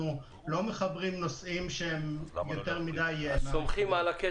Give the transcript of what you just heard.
אנחנו מדברים על נושא